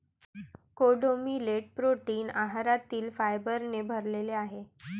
कोडो millet protein आहारातील फायबरने भरलेले आहे